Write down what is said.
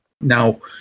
now